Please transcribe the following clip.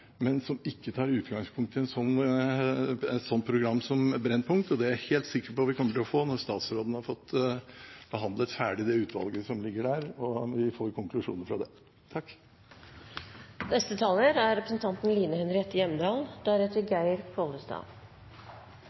men som ikke tar utgangspunkt i et sånt program som Brennpunkt. Det er jeg helt sikker på at vi kommer til å få når statsråden har fått behandlet ferdig det utvalget som ligger der, og vi får konklusjoner fra det.